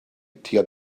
tua